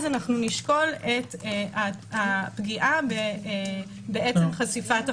אז אנחנו נשקול את הפגיעה בעצם חשיפת החומרים.